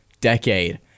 decade